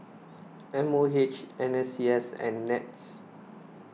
M O H N S C S and NETS